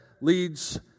leads